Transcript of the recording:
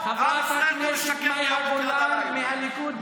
חברת הכנסת מאי גולן מהליכוד,